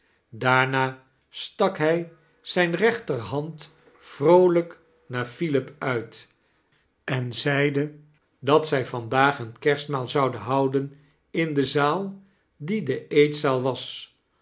daarna stak hij zijne rech'ter hand vroolijk naar philip uit en zeide dat zij vandaag een kerstmaal zouden houdem in de zaal die de eeitaaal was